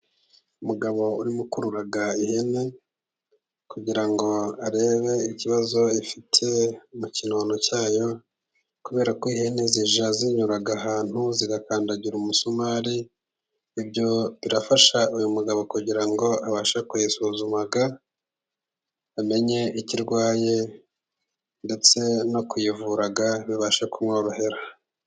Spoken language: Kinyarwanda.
Umugabo urimo gukurura ihene kugira ngo arebe ikibazo ifite mu kinono cyayo, kubera ko ihene zinyura ahantu zigakandagira umusumari ,ibyo birafasha uyu mugabo kugira ngo abashe kuyisuzuma ,amenye icyo irwaye ndetse no kuyivura bibashe kumworohera.